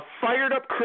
fired-up